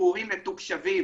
שיעורים מתוקשבים